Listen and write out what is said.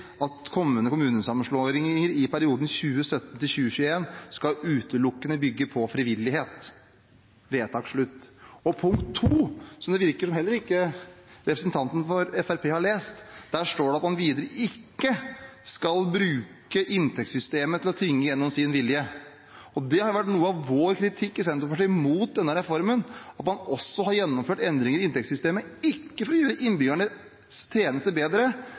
at kommende «kommunesammenslåinger i perioden 2017–2021 skal utelukkende bygge på frivillighet.» Vedtak slutt. Og i II, som det heller ikke virker som om representanten for Fremskrittspartiet har lest, står det at man videre ikke skal bruke inntektssystemet til å tvinge sin vilje igjennom. Det har vært noe av Senterpartiets kritikk mot denne reformen at man også har gjennomført endringer i inntektssystemet, ikke for å gjøre innbyggernes tjenester bedre,